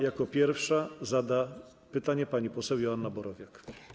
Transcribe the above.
Jako pierwsza zada pytanie pani poseł Joanna Borowiak.